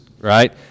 right